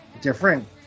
different